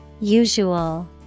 Usual